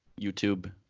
YouTube